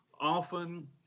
often